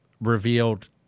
revealed